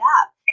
up